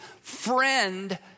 friend